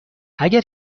اگر